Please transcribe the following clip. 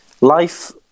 life